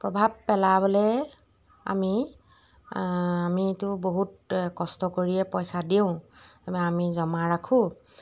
প্ৰভাৱ পেলাবলৈ আমি আমিতো বহুত কষ্ট কৰিয়ে পইচা দিওঁ আমি জমা ৰাখোঁ